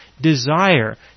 desire